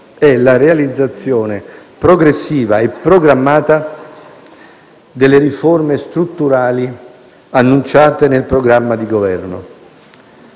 è la realizzazione progressiva e programmata delle riforme strutturali annunciate nel programma di Governo: